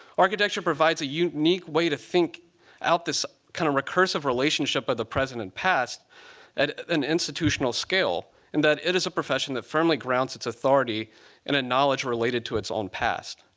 architecture provides a unique way to think out this kind of recursive relationship of the present past, at an institutional scale. and that it is a profession the firmly grounds its authority in a knowledge related to its own past.